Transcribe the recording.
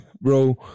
bro